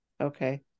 okay